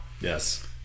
Yes